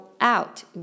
out